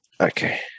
Okay